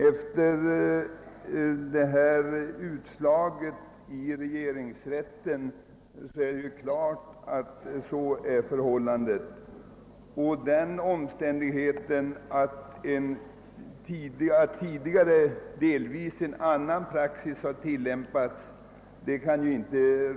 Efter regeringsrättens utslag har tidigare praxis ändrats.